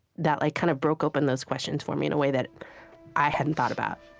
that like kind of broke open those questions for me in a way that i hadn't thought about